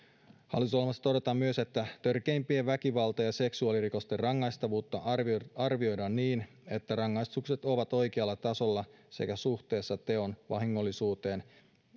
hallitusohjelmassa todetaan myös törkeimpien väkivalta ja seksuaalirikosten rangaistavuutta arvioidaan arvioidaan niin että rangaistukset ovat oikealla tasolla sekä suhteessa teon vahingollisuuteen